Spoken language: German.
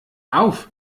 auf